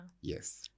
Yes